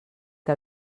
que